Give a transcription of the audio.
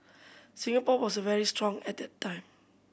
Singapore was very strong at that time